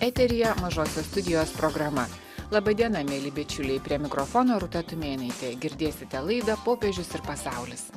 eteryje mažosios studijos programa laba diena mieli bičiuliai prie mikrofono rūta tumėnaitė girdėsite laidą popiežius ir pasaulis